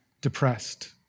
depressed